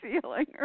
ceiling